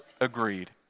agreed